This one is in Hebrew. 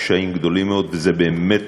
בקשיים גדולים מאוד, וזו באמת